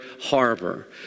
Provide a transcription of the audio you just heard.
Harbor